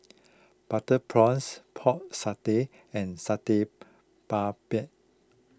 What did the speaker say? Butter Prawns Pork Satay and Satay Babat